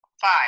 five